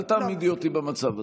אל תעמידי אותי במצב הזה.